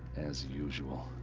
as usual.